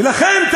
ולכן,